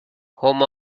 home